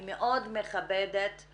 אני מאוד מכבדת את